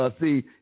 see